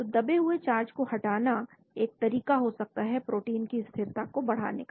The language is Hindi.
तो दबे हुए चार्ज को हटाना एक तरीका हो सकता है प्रोटीन की स्थिरता को बढ़ाने का